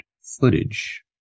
footage